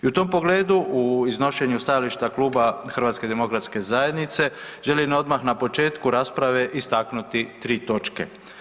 I u tom pogledu u iznošenju stajališta kluba HDZ-a želim odmah na početku rasprave istaknuti tri točke.